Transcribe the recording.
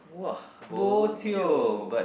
!wah! bo jio